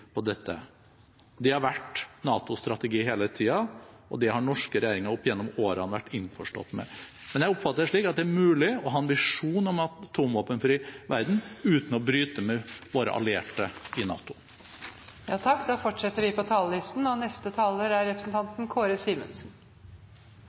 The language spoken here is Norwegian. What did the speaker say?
på dette. Det har vært NATOs strategi hele tiden, og det har norske regjeringer opp gjennom årene vært innforstått med. Jeg oppfatter det slik at det er mulig å ha en visjon om en atomvåpenfri verden uten å bryte med våre allierte i NATO. Takk til interpellanten for å ta opp et tema som er